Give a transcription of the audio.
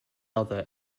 other